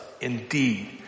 indeed